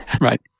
Right